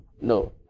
No